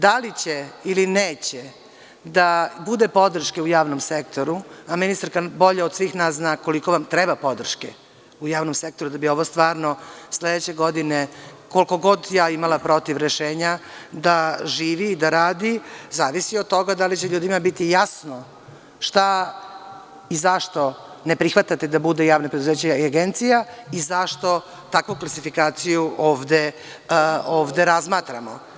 Da li će ili neće da bude podrške u javnom sektoru, a ministarka bolje od svih nas zna koliko vam treba podrške u javnom sektoru, da bi ovo stvarno sledeće godine, koliko god ja imala protiv rešenja, da živi i da radi, zavisi od toga da li će ljudima biti jasno šta i zašto ne prihvatate da bude javno preduzeće agencija i zašto takvu klasifikaciju ovde razmatramo?